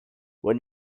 when